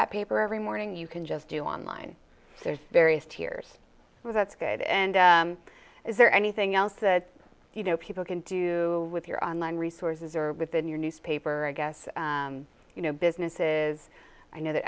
that paper every morning you can just do online there's various tiers that's good and is there anything else that you know people can do with your online resources or within your newspaper i guess you know businesses i know th